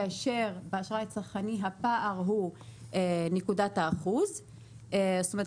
כאשר באשראי הצרכני הפער הוא נקודת האחוז - זאת אומרת,